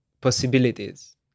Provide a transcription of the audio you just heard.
possibilities